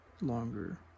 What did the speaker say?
longer